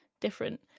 different